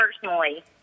personally